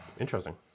Interesting